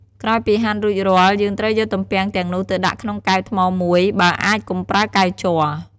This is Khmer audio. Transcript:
ក្រោយពីហាន់រួចរាល់ យើងត្រូវយកទំពាំងទាំងនោះទៅដាក់ក្នុងកែវថ្មមួយ បើអាច កុំប្រើកែវជ័រ។